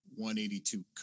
182